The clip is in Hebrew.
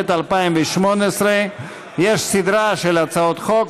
התשע"ט 2018. יש סדרה של הצעות חוק,